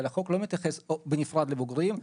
אבל החוק לא מתייחס בנפרד לבוגרים,